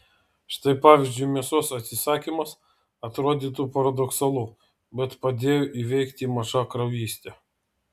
štai pavyzdžiui mėsos atsisakymas atrodytų paradoksalu bet padėjo įveikti mažakraujystę